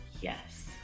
yes